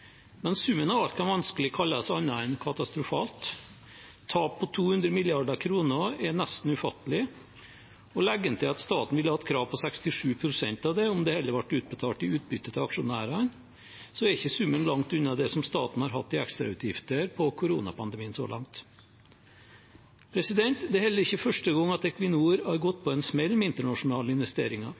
men summen av alt kan vanskelig kalles annet enn katastrofal. Tap på 200 mrd. kr er nesten ufattelig, og legger en til at staten ville hatt krav på 67 pst. av det om det heller hadde blitt utbetalt i utbytte til aksjonærene, er ikke summen langt unna det staten har hatt i ekstrautgifter på koronapandemien så langt. Det er heller ikke første gang Equinor har gått på en smell med internasjonale investeringer.